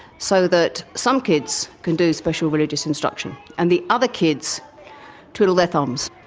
so that some kids can do special religious instruction, and the other kids twiddle their thumbs.